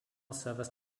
service